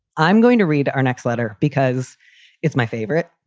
i'm going to read our next letter because it's my favorite.